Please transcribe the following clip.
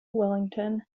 wellington